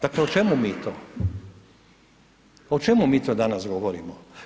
Dakle, o čemu mi to, o čemu mi to danas govorimo?